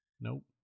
Nope